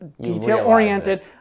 detail-oriented